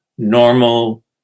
normal